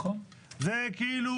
זה כאילו